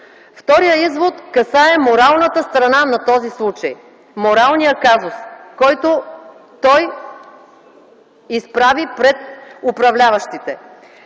Вторият извод касае моралната страна на този случай, моралния казус, който той изправи пред управляващите.